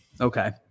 Okay